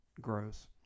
gross